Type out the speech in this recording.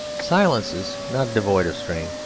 silences, not devoid of strain,